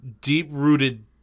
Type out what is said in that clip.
deep-rooted